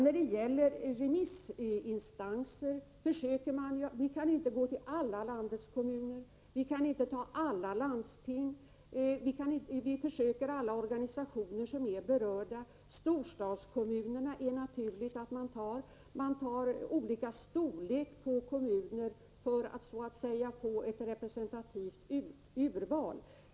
När det gäller valet av remissinstanser vill jag säga att inte alla kommuner och landsting i landet kan komma i fråga, men att vi försöker få med alla berörda organisationer. Storstadskommunerna tar man naturligtvis med — och kommuner av olika storlek — för att få ett representativt urval.